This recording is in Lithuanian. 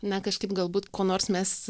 na kažkaip galbūt ko nors mes